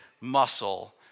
muscle